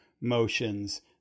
motions